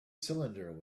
cylinder